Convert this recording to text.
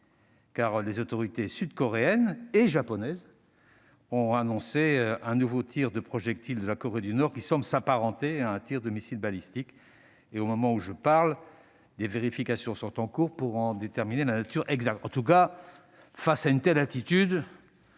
: les autorités sud-coréennes et japonaises viennent d'annoncer un nouveau tir de projectile effectué par la Corée du Nord, qui semble s'apparenter à un tir de missile balistique. Au moment où je vous parle, des vérifications sont en cours pour en déterminer la nature exacte. En tout cas, face à une telle attitude,